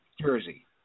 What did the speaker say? jersey